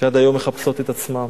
שעד היום מחפשות את עצמן.